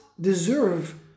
deserve